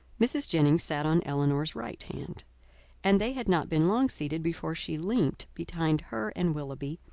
mrs. jennings sat on elinor's right hand and they had not been long seated, before she leant behind her and willoughby,